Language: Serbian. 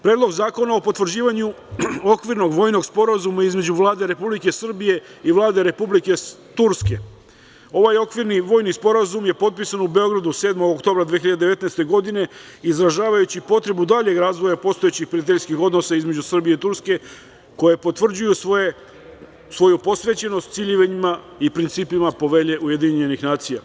Predlog zakona o potvrđivanju Okvirnog vojnog sporazuma između Vlade Republike Srbije i Vlade Republike Turske, ovaj Okvirni vojni sporazum je potpisan u Beogradu 7. oktobra 2019. godine izražavajući potrebu daljeg razvoja postojećih prijateljskih odnosa između Srbije i Turske koji potvrđuju svoju posvećenost ciljevima i principima Povelje UN.